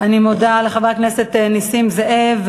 אני מודה לחבר הכנסת נסים זאב.